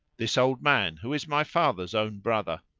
this old man who is my father's own brother.